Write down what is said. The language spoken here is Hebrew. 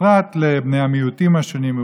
בפרט לבני מיעוטים השונים,